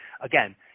again